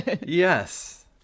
Yes